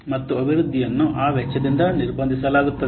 ಮತ್ತು ಅಭಿವೃದ್ಧಿಯನ್ನು ಆ ವೆಚ್ಚದಿಂದ ನಿರ್ಬಂಧಿಸಲಾಗುತ್ತದೆ